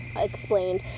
explained